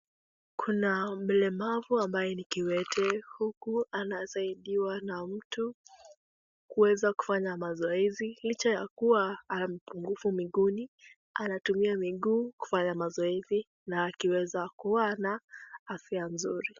Kuna mlemavu ambaye ni kiwetu huku anasaidiwa na mtu kuweza kufanya mazoezi licha ya kuwa hana nguvu miguuni, anatumia miguu kufanya mazoezi na akiweza kuwa na afya nzuri.